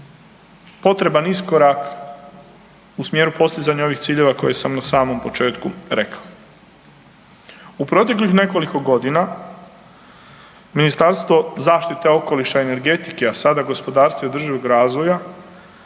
potreban iskorak u smjeru postizanja ovih ciljeva koje sam na samom početku rekao. U proteklih nekoliko godina Ministarstvo zaštite okoliša i energetike, a sada gospodarstva i održivog razvoja,